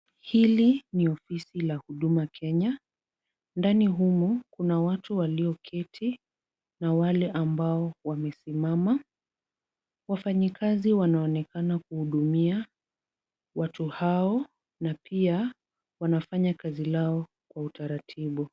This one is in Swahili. Hili ni ofisi la huduma Kenya. Ndani humu kuna watu walioketi na wale ambao wamesimama. Wafanyikazi wanaonekana kuhudumia watu hao na pia wanafanya kazi lao kwa utaratibu.